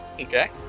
Okay